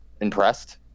impressed